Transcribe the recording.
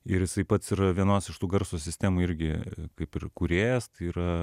ir jisai pats yra vienos iš tų garso sistemų irgi kaip ir kūrėjas yra